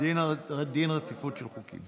דין רציפות של חוקים.